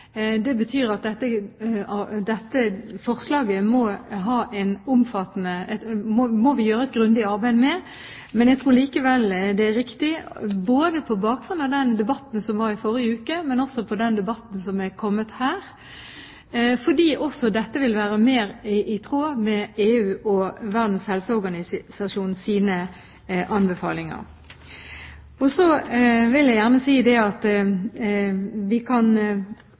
grundig arbeid med. Men jeg tror likevel det er riktig, både på bakgrunn av den debatten som var i forrige uke, og også på bakgrunn av den debatten som er kommet her, fordi dette vil være mer i tråd med EUs og Verdens helseorganisasjons anbefalinger. Så vil jeg gjerne si at vi kanskje kan